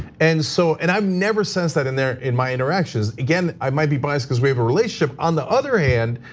and so and i've never sensed and there in my interaction, again i might be biased cuz we have a relationship. on the other hand,